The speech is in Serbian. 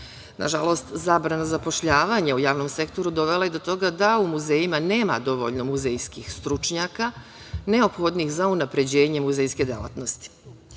Nažalost, zabrana zapošljavanja u javnom sektoru dovela je do toga da u muzejima nema dovoljno muzejskih stručnjaka neophodnih za unapređenje muzejske delatnosti. Ja